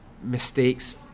mistakes